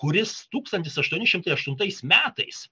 kuris tūkstantis aštuoni šimtai aštuntais metais